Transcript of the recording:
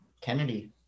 Kennedy